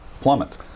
plummet